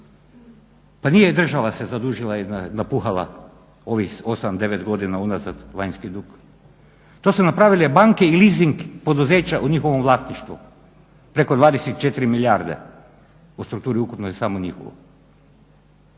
duga nije država se zadužila i napuhala ovih 8, 9 godina unazad vanjski dug. To su napravile banke i leasing poduzeća u njihovom vlasništvu preko 24 milijarde u strukturi ukupno je samo njihovo.